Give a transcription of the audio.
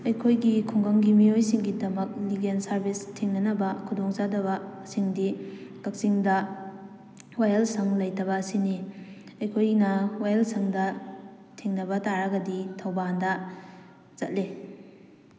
ꯑꯩꯈꯣꯏꯒꯤ ꯈꯨꯡꯒꯪꯒꯤ ꯃꯤꯑꯣꯏꯁꯤꯡꯒꯤꯗꯃꯛ ꯂꯤꯒꯦꯜ ꯁꯥꯔꯚꯤꯁ ꯊꯦꯡꯅꯅꯕ ꯈꯨꯗꯣꯡꯆꯥꯗꯕ ꯁꯤꯡꯗꯤ ꯀꯛꯆꯤꯡꯗ ꯋꯥꯌꯦꯜꯁꯪ ꯂꯩꯇꯕ ꯑꯁꯤꯅꯤ ꯑꯩꯈꯣꯏꯅ ꯋꯥꯌꯦꯜꯁꯪꯗ ꯊꯦꯡꯅꯕ ꯇꯥꯔꯒꯗꯤ ꯊꯧꯕꯥꯜꯗ ꯆꯠꯂꯤ